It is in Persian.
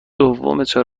چراغ